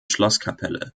schlosskapelle